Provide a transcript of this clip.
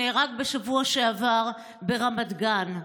שנהרג בשבוע שעבר ברמת גן.